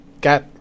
got